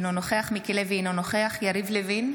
אינו נוכח מיקי לוי, אינו נוכח יריב לוין,